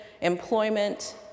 employment